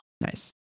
Nice